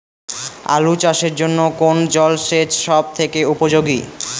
আলু চাষের জন্য কোন জল সেচ সব থেকে উপযোগী?